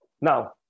Now